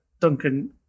Duncan